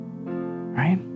right